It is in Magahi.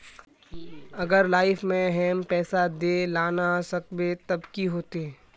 अगर लाइफ में हैम पैसा दे ला ना सकबे तब की होते?